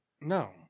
No